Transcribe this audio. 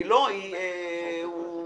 אנרכיסטית.